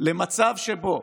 למצב שבו